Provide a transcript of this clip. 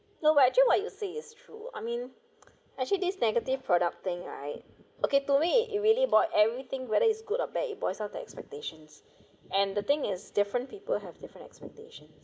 no but actually what you say is true I mean actually this negative product thing right okay to me it really bought everything whether it's good or bad it boils down the expectations and the thing is different people have different expectations